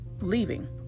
leaving